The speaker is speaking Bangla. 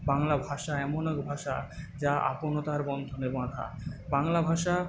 বাংলা ভাষা এমন এক ভাষা যা আপনার বন্ধনে বাঁধা বাংলা ভাষা